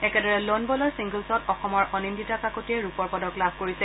একেদৰে লন বলৰ ছিংগলছত অসমৰ অনিন্দিতা কাকতিয়ে ৰূপৰ পদক লাভ কৰিছে